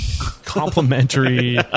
complimentary